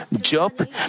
Job